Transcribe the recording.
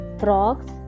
frogs